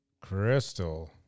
Crystal